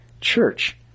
church